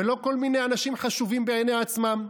לא כל מיני אנשים חשובים בעיני עצמם.